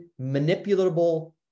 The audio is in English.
manipulable